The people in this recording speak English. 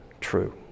true